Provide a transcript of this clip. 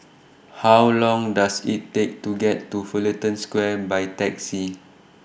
How Long Does IT Take to get to Fullerton Square By Taxi